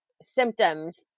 symptoms